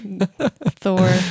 Thor